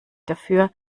dafür